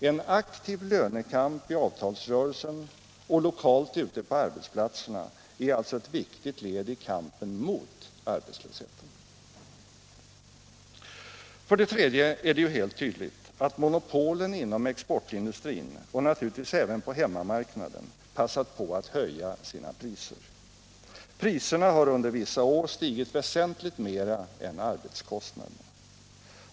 En aktiv lönekamp i avtalsrörelsen och lokalt ute på arbetsplatserna är alltså ett viktigt led i kampen mot arbetslösheten. För det tredje är det ju helt tydligt att monopolen inom exportindustrin —- och naturligtvis även på hemmamarknaden — passat på att höja sina priser. Priserna har under vissa år svigit väsentligt mera än arbetskostnaderna.